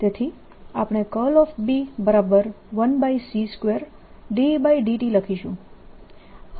તેથી આપણે B1c2Et લખીશું